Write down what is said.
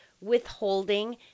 withholding